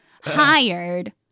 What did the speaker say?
hired